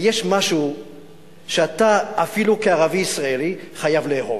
ויש משהו שאתה, אפילו כערבי ישראלי, חייב לאהוב,